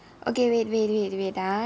okay wait wait wait wait ah